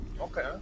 Okay